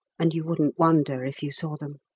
and you wouldn't wonder if you saw them.